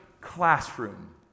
classroom